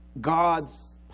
God's